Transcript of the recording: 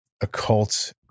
occult